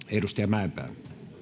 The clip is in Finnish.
edustaja mäenpää